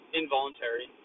involuntary